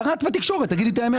קראת בתקשורת, תגידי את האמת.